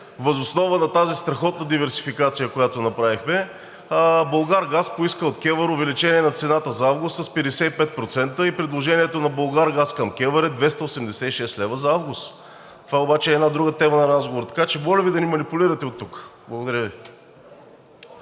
въз основа на тази страхотна диверсификация, която направихме, „Булгаргаз“ поиска от КЕВР увеличение на цената за август с 55% и предложението на „Булгаргаз“ към КЕВР е 286 лв. за август. Това обаче е една друга тема на разговор. Така че моля Ви да не манипулирате оттук. Благодаря.